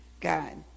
God